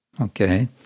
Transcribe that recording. Okay